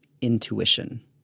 intuition